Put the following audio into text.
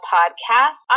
Podcast